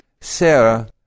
Sarah